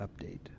update